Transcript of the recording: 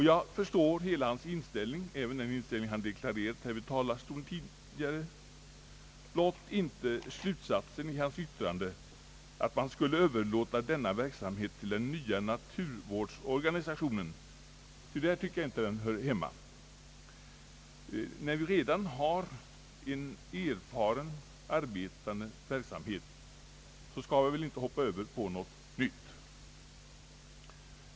Jag förstår hans inställning, även den han deklarerade tidigare från denna talarstol, blott inte slutsatsen i hans yttrande, att man skulle överlåta denna verksamhet på den nya naturvårdsorganisationen. Där tycker jag inte den hör hemma. När vi redan har en erfaren, arbetande verksamhet, skall vi väl inte hoppa Över på något nytt.